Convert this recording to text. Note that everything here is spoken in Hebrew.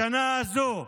השנה הזו,